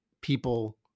people